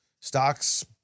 stocks